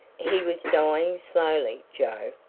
he was dying slowly, joe,